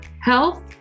health